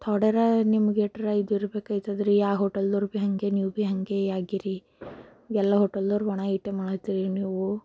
ಥೋಡೆರೆ ನಿಮಗೆ ಎಷ್ಟರೆ ಇದಿರಬೇಕಾಗ್ತದೆರಿ ಯಾವ ಹೋಟೆಲ್ದವರು ಭೀ ಹಂಗೆ ನೀವು ಭೀ ಹಂಗೆಯಾಗಿರಿ ಎಲ್ಲ ಹೋಟೆಲ್ದವರು ಒಣ ಇಷ್ಟೇ ಮಾಡುತ್ತೀರಿ ನೀವು